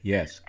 Yes